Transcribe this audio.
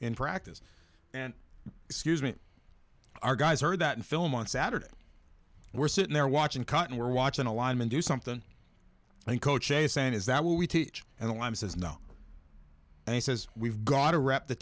in practice and excuse me our guys are that in film on saturday we're sitting there watching cotton we're watching a lineman do something and coach a saying is that what we teach and the line has no and he says we've got to wrap the